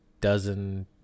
Dozen